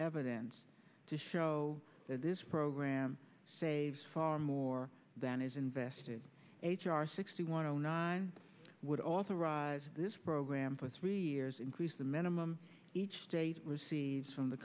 evidence to show that this program saves far more than is invested h r sixty one i would authorize this program for three years increase the minimum each state receives from the